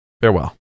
Farewell